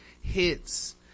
hits